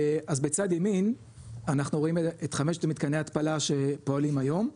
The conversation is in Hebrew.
אז בצד ימין אנחנו רואים את חמשת מתקני ההתפלה שפועלים היום,